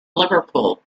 liverpool